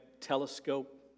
telescope